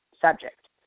subject